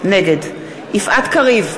נגד יפעת קריב,